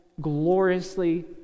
gloriously